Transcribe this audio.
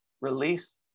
release